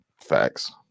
Facts